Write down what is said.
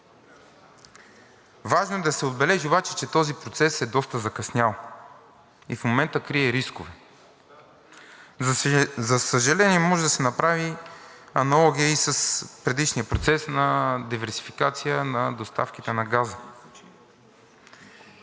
Важно е да се отбележи, че този процес е доста закъснял и в момента крие рискове. За съжаление, може да се направи аналогия и с предишния процес на диверсификация на доставките на газа.